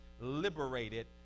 liberated